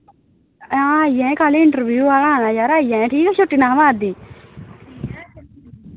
हां आई जायां कल इंटरव्यू ऐ आना यार आई जायां ठीक ऐ छुट्टी नेहां मार दी